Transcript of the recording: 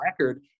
record